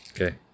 Okay